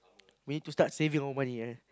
we need to start saving our money ah